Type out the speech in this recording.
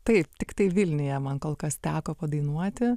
taip tiktai vilniuje man kol kas teko padainuoti